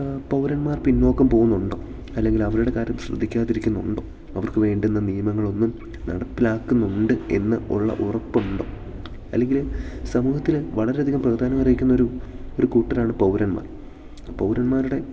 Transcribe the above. പൗരന്മാർ പിന്നോക്കം പോകുന്നുണ്ടോ അല്ലെങ്കിൽ അവരുടെ കാര്യം ശ്രദ്ധിക്കാതെ ഇരിക്കുന്നുണ്ടോ അവർക്ക് വേണ്ടുന്ന നിയമങ്ങൾ ഒന്നും നടപ്പിലാക്കുന്നുണ്ട് എന്ന് ഉള്ള ഉറപ്പുണ്ടോ അല്ലെങ്കിൽ സമൂഹത്തിൽ വളരെ അധികം പ്രാധാന്യം അർഹിക്കുന്ന ഒരു ഒരു കൂട്ടരാണ് പൗരന്മാർ പൗരന്മാരുടെ